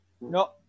No